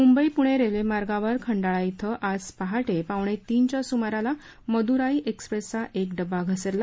मुंबई पुणे रेल्वेमार्गावर खंडाळा इथं आज पहाटे पावणेतीनच्या सुमाराला मदूराई एक्सप्रेसचा एक डबा घसरला